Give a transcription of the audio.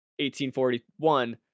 1841